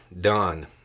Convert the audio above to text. done